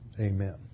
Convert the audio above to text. Amen